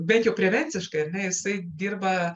bent jau prevenciškai ar ne jisai dirba